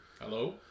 Hello